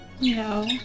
No